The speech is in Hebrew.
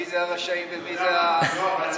מי זה הרשעים ומי זה הצדיקים?